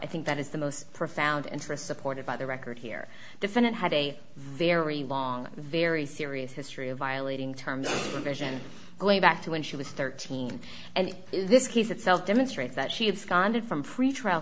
i think that is the most profound interest supported by the record here defendant had a very long very serious history of violating term vision going back to when she was thirteen and this case itself demonstrates that she is condit from pretrial